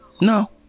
no